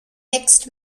mixed